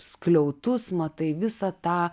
skliautus matai visą tą